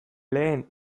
lehen